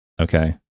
Okay